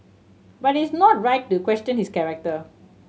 but it is not right to question his character